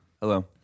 Hello